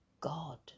God